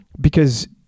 because-